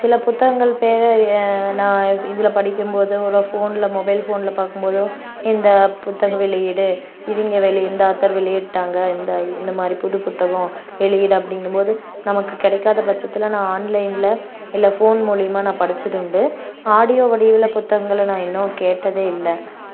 சில புத்தகங்கள் பேர் ஏ நான் இதில் படிக்கும்போதோ இல்லை ஃபோன்ல மொபைல் ஃபோன்ல பார்க்கும்போதோ இந்த புத்தக வெளியீடு இவங்க வெளி இந்த ஆத்தர் வெளியிட்டாங்க இந்த இ இந்த மாதிரி புது புத்தகம் வெளியீடு அப்படிங்கும்போது நமக்கு கிடைக்காத பட்சத்தில் நான் ஆன்லைன்ல இல்லை ஃபோன் மூலியமா நான் படிச்சது உண்டு ஆடியோ வடிவில் புத்தகங்களை நான் இன்னும் கேட்டதே இல்லை